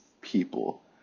people